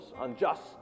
unjust